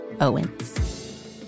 Owens